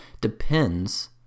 depends